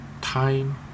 time